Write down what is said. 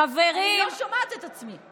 חברים, אני לא שומעת את עצמי.